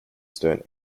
stone